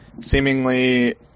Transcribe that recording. seemingly